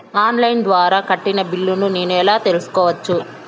On line ద్వారా కట్టిన బిల్లును నేను ఎలా తెలుసుకోవచ్చు?